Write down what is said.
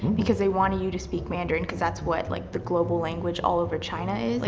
because they wanted you to speak mandarin cause that's what like, the global language all over china is. like,